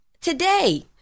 today